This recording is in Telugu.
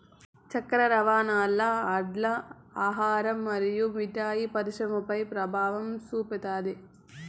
చక్కర రవాణాల్ల అడ్డం ఆహార మరియు మిఠాయి పరిశ్రమపై పెభావం చూపుతాది